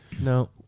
No